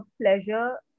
pleasure